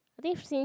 I think since